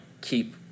keep